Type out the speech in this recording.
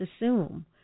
assume